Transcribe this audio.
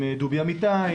עם דובי אמיתי,